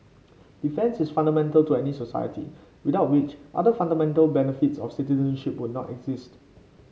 defence is fundamental to any society without which other fundamental benefits of citizenship would not exist